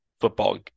football